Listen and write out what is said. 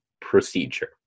procedure